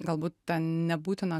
galbūt nebūtina